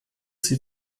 sie